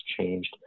changed